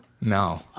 No